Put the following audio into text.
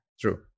True